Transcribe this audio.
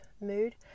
mood